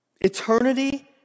Eternity